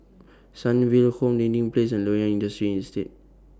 Sunnyville Home Dinding Place and Loyang Industrial Estate